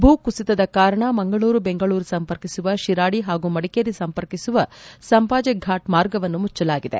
ಭೂ ಕುಸಿತದ ಕಾರಣ ಮಂಗಳೂರು ಬೆಂಗಳೂರು ಸಂಪರ್ಕಿಸುವ ಶಿರಾದಿ ಹಾಗೂ ಮದಿಕೇರಿ ಸಂಪರ್ಕಿಸುವ ಸಂಪಾಜಿ ಫಾಟ್ ಮಾರ್ಗವನ್ನು ಮುಚ್ಚಲಾಗಿದೆ